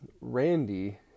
Randy